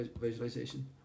visualization